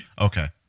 Okay